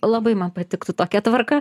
labai man patiktų tokia tvarka